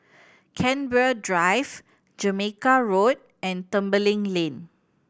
Canberra Drive Jamaica Road and Tembeling Lane